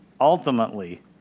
ultimately